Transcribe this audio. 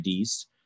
IDs